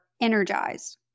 energized